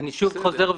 אני שוב חוזר,